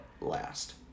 last